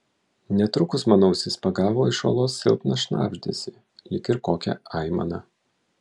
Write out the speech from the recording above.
netrukus mano ausis pagavo iš olos silpną šnabždesį lyg ir kokią aimaną